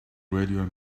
gradual